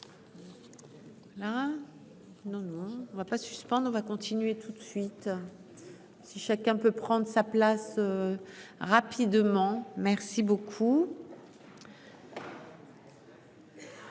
on ne va pas suspendre va continuer tout de suite. Si chacun peut prendre sa place. Rapidement. Merci beaucoup.